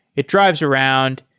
it drives around.